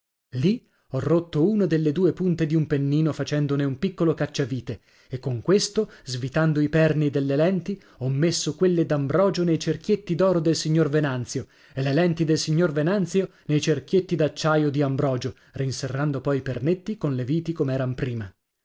lì ho rotto una delle due punte di un pennino facendone un piccolo cacciavite e con questo svitando i perni delle lenti ho messo quelle d'ambrogio nei cerchietti d'oro del signor venanzio e le lenti del signor venanzio nei cerchietti d'acciaio di ambrogio riserrando poi i pernetti con le viti com'eran prima